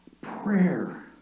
Prayer